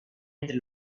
entre